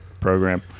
program